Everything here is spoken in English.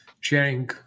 sharing